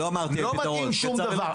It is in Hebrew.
לא מתאים שום דבר.